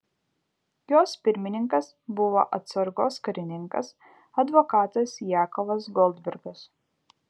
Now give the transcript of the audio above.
jos pirmininkas buvo atsargos karininkas advokatas jakovas goldbergas